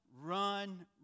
run